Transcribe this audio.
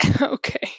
Okay